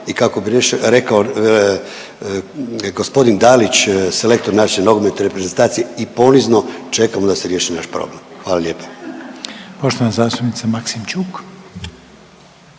i kako bi rekao gospodin Dalić, selektor naše nogometne reprezentacije i ponizno čekamo da se riješi naš problem. Hvala lijepa. **Reiner, Željko